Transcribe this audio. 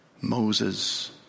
Moses